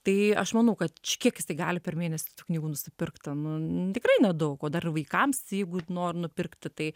tai aš manau kad čia kiek jis tai gali per mėnesį tų knygų nusipirkt ten nun tikrai nedaug o dar ir vaikams jeigu ir nor nupirkti tai